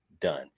done